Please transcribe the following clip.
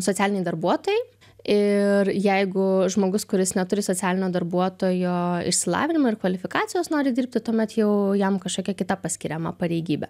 socialiniai darbuotojai ir jeigu žmogus kuris neturi socialinio darbuotojo išsilavinimo ir kvalifikacijos nori dirbti tuomet jau jam kažkokia kita paskiriama pareigybė